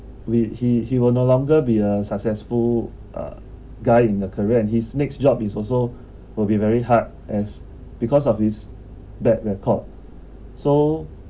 will he he will no longer be a successful uh guy in the career his next job is also will be very hard as because of his bad record so